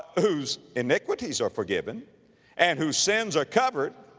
whose iniquities are forgiven and whose sins are covered.